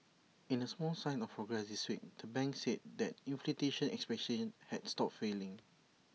in A small sign of progress this week the bank said that inflation expectations had stopped falling